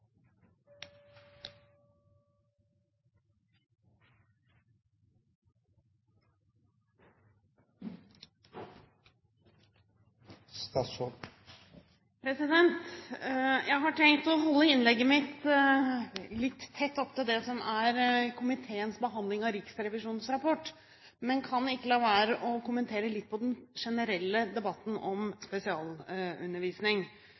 høsten. Jeg har tenkt å holde innlegget mitt litt tett opptil det som er komiteens behandling av Riksrevisjonens rapport, men jeg kan ikke la være å kommentere litt med tanke på den generelle debatten om